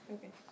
Okay